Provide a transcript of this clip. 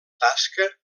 tasca